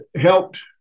helped